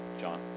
John